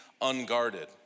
unguarded